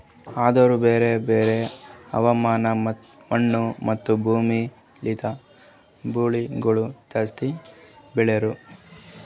ಆದೂರು ಬ್ಯಾರೆ ಬ್ಯಾರೆ ಹವಾಮಾನ, ಮಣ್ಣು, ಮತ್ತ ಭೂಮಿ ಲಿಂತ್ ಬೆಳಿಗೊಳ್ ಜಾಸ್ತಿ ಬೆಳೆಲ್ಲಾ